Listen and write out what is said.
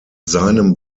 seinem